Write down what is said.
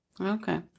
Okay